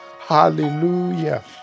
hallelujah